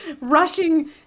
rushing